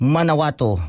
Manawato